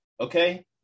okay